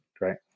Right